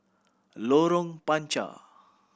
Lorong Panchar